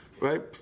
right